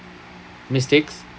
mistakes